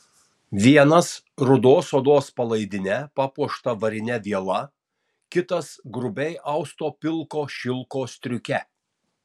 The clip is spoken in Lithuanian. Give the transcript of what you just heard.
vienas rudos odos palaidine papuošta varine viela kitas grubiai austo pilko šilko striuke